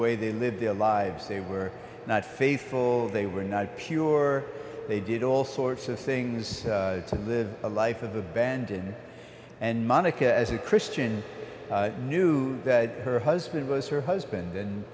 way they lived their lives they were not faithful they were not pure they did all sorts of things to live a life of abandon and monica as a christian knew that her husband was her husband and